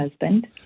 husband